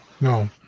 No